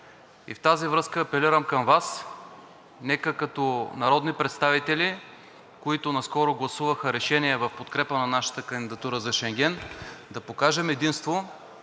и в тази връзка апелирам към Вас, нека като народни представители, които наскоро гласуваха решение в подкрепа на нашата кандидатура за Шенген, да покажем единство